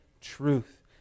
truth